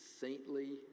saintly